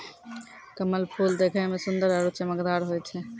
कमल फूल देखै मे सुन्दर आरु चमकदार होय छै